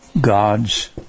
God's